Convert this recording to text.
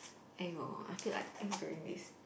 !aiyo! I feel like angry with